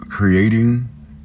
creating